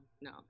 no